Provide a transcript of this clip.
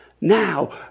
Now